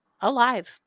alive